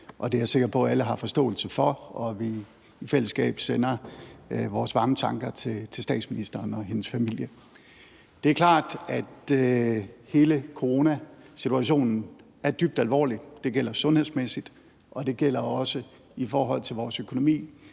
Det er jeg sikker på at alle har forståelse for, og vi sender i fællesskab vores varme tanker til statsministeren og hendes familie. Det er klart, at hele coronasituationen er dybt alvorlig. Det gælder sundhedsmæssigt, det gælder også i forhold til vores økonomi